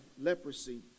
leprosy